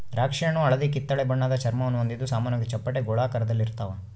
ದ್ರಾಕ್ಷಿಹಣ್ಣು ಹಳದಿಕಿತ್ತಳೆ ಬಣ್ಣದ ಚರ್ಮವನ್ನು ಹೊಂದಿದ್ದು ಸಾಮಾನ್ಯವಾಗಿ ಚಪ್ಪಟೆ ಗೋಳಾಕಾರದಲ್ಲಿರ್ತಾವ